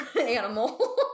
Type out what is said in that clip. animal